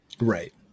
Right